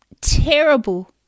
terrible